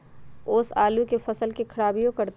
ओस आलू के फसल के खराबियों करतै?